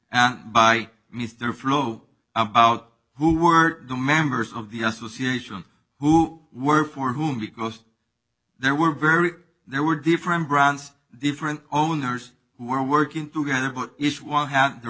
and by mr flow about who were the members of the association who were for whom because there were very there were different brands different owners who are working together but each one had their